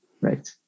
right